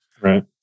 Right